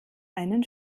einen